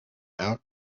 out